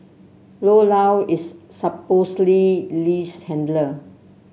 Io Lao is supposedly Lee's handler